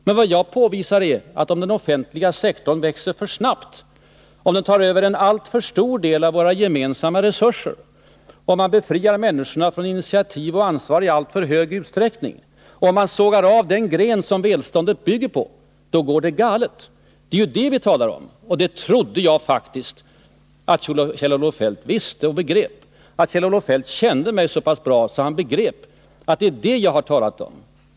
Men vad jag påvisat är att om den offentliga sektorn växer för snabbt, om den tar över en alltför stor del av våra gemensamma resurser, om man i alltför stor utsträckning befriar människorna från initiativ och ansvar, om man sågar av den gren som välståndet sitter på — då går det galet. Det är det vi talar om, och det trodde jag faktiskt att Kjell-Olof Feldt visste.